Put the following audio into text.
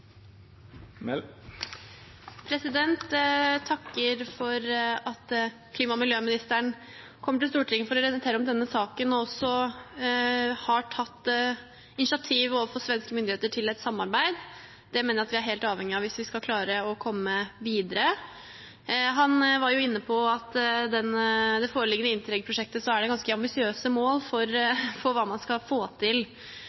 Jeg takker for at klima- og miljøministeren kommer til Stortinget for å orientere om denne saken, og også har tatt initiativ overfor svenske myndigheter til et samarbeid. Det mener jeg vi er helt avhengige av hvis vi skal klare å komme videre. Han var jo inne på at i det foreliggende Interreg-prosjektet er det ganske ambisiøse mål for